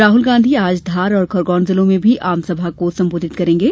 राहल गांधी आज धार और खरगोन जिलो में भी आम सभा को संबोधित करेंगे